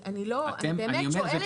אני באמת שואלת כי כבר הצבעתם על זה.